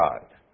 God